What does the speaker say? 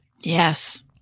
Yes